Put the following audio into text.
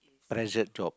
pressured job